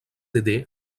aidés